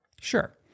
Sure